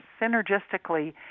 synergistically